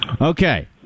Okay